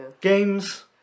Games